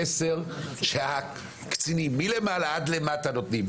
המסר שהקצינים מלמעלה עד למטה נותנים,